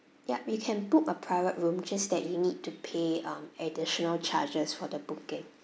yup you can book a private room just that you need to pay um additional charges for the booking